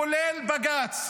כולל בג"ץ,